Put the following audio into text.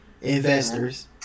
investors